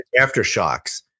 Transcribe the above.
aftershocks